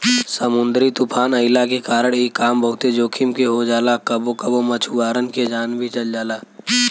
समुंदरी तूफ़ान अइला के कारण इ काम बहुते जोखिम के हो जाला कबो कबो मछुआरन के जान भी चल जाला